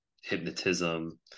hypnotism